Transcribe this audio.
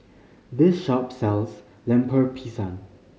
this shop sells Lemper Pisang